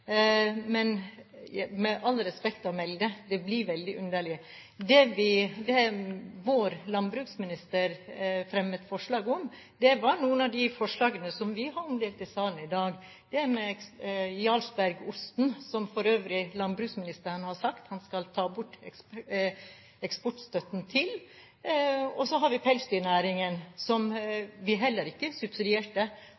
men med all respekt å melde: Det blir veldig underlig. Det vår landbruksminister fremmet forslag om, omhandlet noe av det som fremkommer i forslagene våre i salen i dag – det med Jarlsbergosten, som for øvrig landbruksministeren har sagt han skal ta bort eksportstøtten til, og så har vi pelsdyrnæringen, som